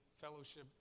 Fellowship